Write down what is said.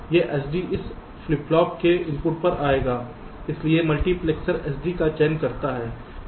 यह SD इस flip flop के इनपुट पर आएगा इसलिए मल्टीप्लेक्सर SD का चयन करता है